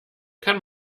kann